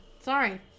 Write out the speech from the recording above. Sorry